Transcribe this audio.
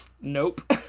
nope